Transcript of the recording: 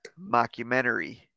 mockumentary